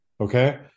okay